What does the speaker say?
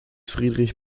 friedrich